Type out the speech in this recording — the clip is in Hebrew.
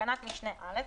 בתקנת משנה (א),